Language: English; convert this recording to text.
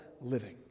living